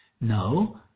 No